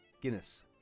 Guinness